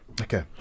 okay